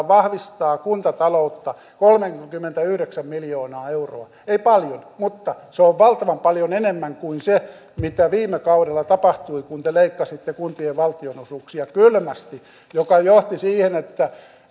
vahvistaa kuntataloutta kolmekymmentäyhdeksän miljoonaa euroa ei paljon mutta se on valtavan paljon enemmän kuin se mitä viime kaudella tapahtui kun te leikkasitte kuntien valtionosuuksia kylmästi mikä johti siihen että